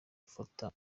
gufata